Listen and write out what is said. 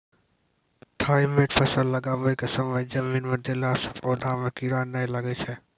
Thimet फ़सल लगाबै के समय जमीन मे देला से पौधा मे कीड़ा नैय लागै छै?